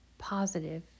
positive